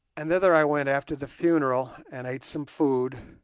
and thither i went after the funeral and ate some food